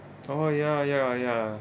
oh ya ya ya